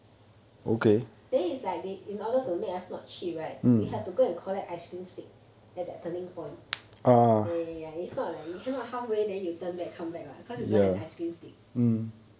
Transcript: then is like they in order to make us not cheat right we have to go and collect ice cream stick at that turning point ya ya ya if not like you cannot halfway then you turn back come back what because you don't have the ice cream stick